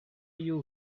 you